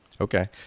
Okay